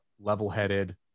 level-headed